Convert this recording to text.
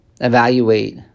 evaluate